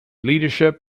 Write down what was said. leadership